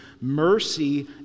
Mercy